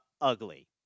ugly